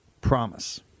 promise